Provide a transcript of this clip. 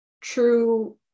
true